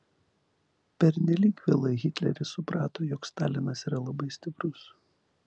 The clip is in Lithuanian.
pernelyg vėlai hitleris suprato jog stalinas yra labai stiprus